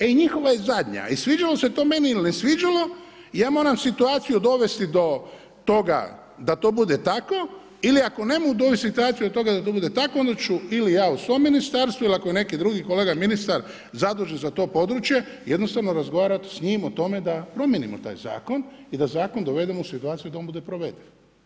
E i njihova je zadnja i sviđalo se to meni ili ne sviđalo, ja moram situaciju dovesti do toga da to bude tako ili ako ne mogu dovesti situaciju do toga da to bude tako onda ću ili ja u svom ministarstvu, ali ako je neki drugi kolega ministar zadužen za to područje jednostavno razgovarati sa njim o tome da promijenimo taj zakon i da zakon dovedemo u situaciju da on bude provediv.